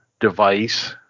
device